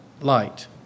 light